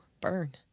burn